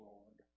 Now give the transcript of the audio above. Lord